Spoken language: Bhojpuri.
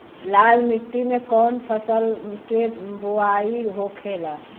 लाल मिट्टी में कौन फसल के बोवाई होखेला?